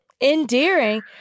endearing